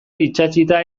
itsatsita